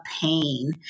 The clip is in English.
pain